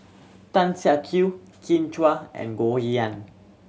Tan Siak Kew Kin Chui and Goh Yihan